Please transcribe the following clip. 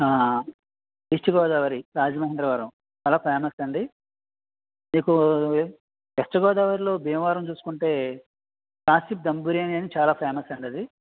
హా ఈస్ట్ గోదావరి రాజమహేంద్రవరం చాలా ఫేమస్ అండి మీకు వెస్ట్ గోదావరిలో భీమవరం చూసుకుంటే క్లాసిక్ దమ్ బిర్యాని అని చాలా ఫేమస్ అండి అది